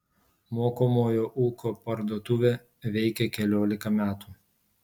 mokomojo ūkio parduotuvė veikia keliolika metų